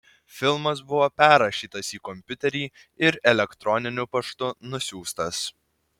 filmas buvo perrašytas į kompiuterį ir elektroniniu paštu nusiųstas